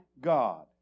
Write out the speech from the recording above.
God